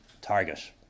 target